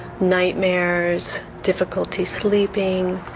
nightmares, difficulty sleeping,